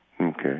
Okay